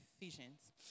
Ephesians